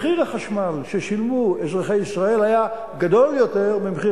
מחיר החשמל ששילמו אזרחי ישראל היה גבוה יותר ממחיר